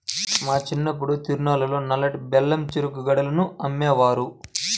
మా చిన్నప్పుడు తిరునాళ్ళల్లో నల్లటి బెల్లం చెరుకు గడలను అమ్మేవారు